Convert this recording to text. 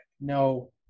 No